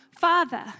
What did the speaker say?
father